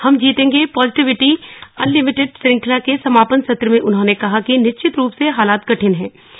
हम जीतेंगे positivity unlimited श्रंखला के समापन सत्र में उन्होंने कहा कि निश्चित रूप से हालात कठिन हूँ